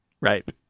Right